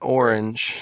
orange